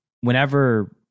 whenever